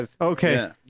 Okay